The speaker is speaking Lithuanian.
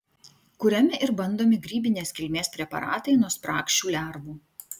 kuriami ir bandomi grybinės kilmės preparatai nuo spragšių lervų